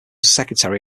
secretary